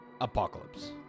Apocalypse